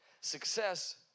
Success